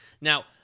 now